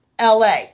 LA